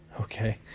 okay